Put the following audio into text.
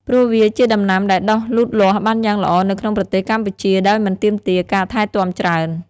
ព្រោះវាជាដំណាំដែលដុះលូតលាស់បានយ៉ាងល្អនៅក្នុងប្រទេសកម្ពុជាដោយមិនទាមទារការថែទាំច្រើន។